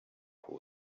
who